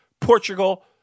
Portugal